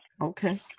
Okay